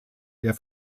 der